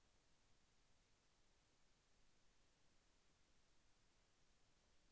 వరి నాటడానికి నేలను ఎలా తయారు చేస్తారు?